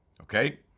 Okay